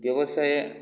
ବ୍ୟବସାୟ